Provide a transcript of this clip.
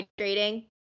hydrating